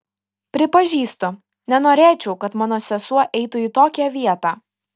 prisipažįstu nenorėčiau kad mano sesuo eitų į tokią vietą